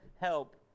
help